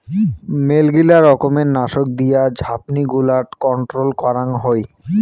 মেলগিলা রকমের নাশক দিয়া ঝাপনি গুলাট কন্ট্রোল করাং হই